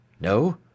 No